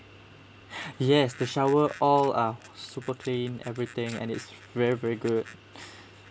yes the shower all are super clean everything and it's very very good